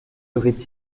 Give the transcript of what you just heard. aurait